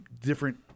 different